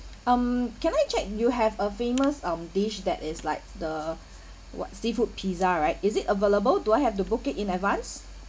mm can I check you have a famous um dish that is like the what seafood pizza right is it available do I have to book it in advance